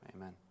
amen